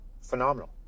Phenomenal